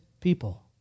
people